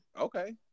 okay